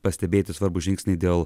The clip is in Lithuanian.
pastebėti svarbūs žingsniai dėl